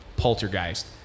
poltergeist